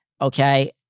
Okay